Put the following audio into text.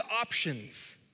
options